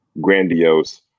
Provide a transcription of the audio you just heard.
grandiose